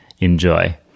enjoy